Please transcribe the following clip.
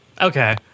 Okay